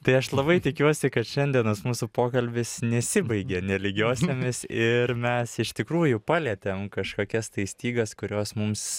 tai aš labai tikiuosi kad šiandienos mūsų pokalbis nesibaigė nelygiosiomis ir mes iš tikrųjų palietėm kažkokias tai stygas kurios mums